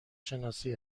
شناسی